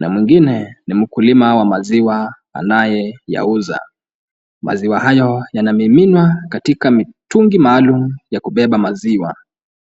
na mwingine ni mkulima wa maziwa anayeyauza. Maziwa hayo yanamiminwa katika mitungi maalum ya kubeba maziwa.